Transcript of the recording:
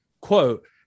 quote